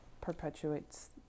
perpetuates